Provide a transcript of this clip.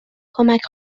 کمک